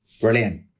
Brilliant